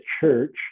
church